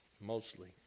mostly